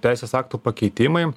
teisės aktų pakeitimai